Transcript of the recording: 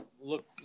Look